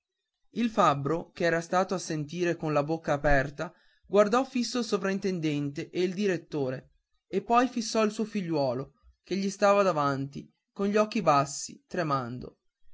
il fabbro che era stato a sentire con la bocca aperta guardò fisso il sovrintendente e il direttore e poi fissò il suo figliuolo che gli stava davanti con gli occhi bassi tremando